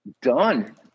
done